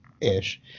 ish